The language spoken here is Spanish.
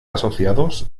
asociados